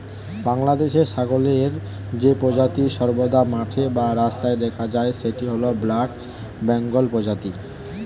বাংলাদেশে ছাগলের যে প্রজাতি সর্বদা মাঠে বা রাস্তায় দেখা যায় সেটি হল ব্ল্যাক বেঙ্গল প্রজাতি